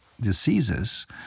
diseases